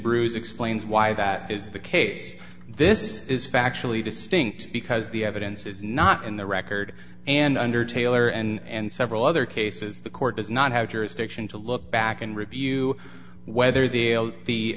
bruise explains why that is the case this is factually distinct because the evidence is not in the record and under taylor and several other cases the court does not have jurisdiction to look back and review whether the